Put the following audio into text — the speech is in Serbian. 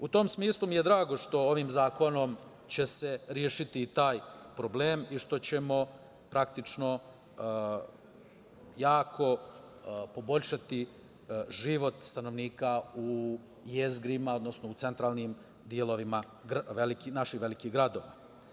U tom smislu mi je drago što će se ovim zakonom rešiti i taj problem i što ćemo praktično jako poboljšati život stanovnika u jezgrima, odnosno u centralnim delovima naših velikih gradova.